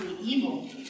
evil